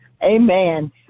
Amen